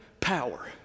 power